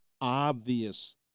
obvious